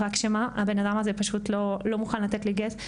רק שהבן אדם הזה לא מוכן לתת לי גט.